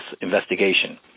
investigation